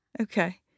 Okay